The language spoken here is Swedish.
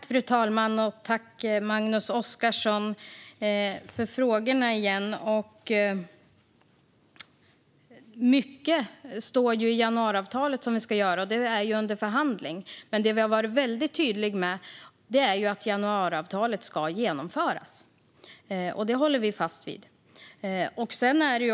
Fru talman! Jag tackar Magnus Oscarsson för frågorna igen. Mycket som vi ska göra står ju i januariavtalet, som är under förhandling. Det vi har varit väldigt tydliga med är att januariavtalet ska genomföras, och det står vi fast vid.